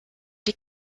die